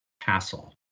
castle